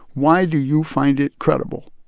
why do you find it credible?